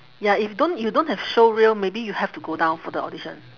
ya if don't you don't have showreel maybe you have to go down for the audition